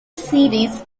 series